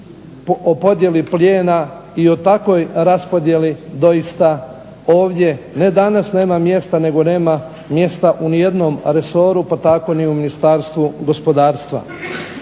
o podjeli plijena i o takvoj raspodjeli doista ovdje ne danas nema mjesta nego nema mjesta u nijednom resoru pa tako ni u Ministarstvu gospodarstva.